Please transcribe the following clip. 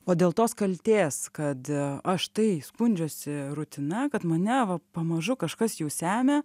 o dėl tos kaltės kad aš tai skundžiuosi rutina kad mane va pamažu kažkas jau semia